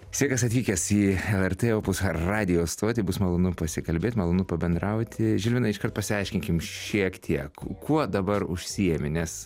sveikas atvykęs į lrt opus radijo stotį bus malonu pasikalbėt malonu pabendrauti žilvinai iškart pasiaiškinkim šiek tiek kuo dabar užsiimi nes